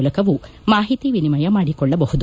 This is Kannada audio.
ಮೂಲಕವೂ ಮಾಹಿತಿ ವಿನಿಮಯ ಮಾಡಿಕೊಳ್ಳಬಹುದು